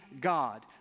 God